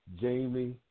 Jamie